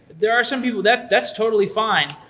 there are some people, that's that's totally fine.